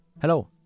Hello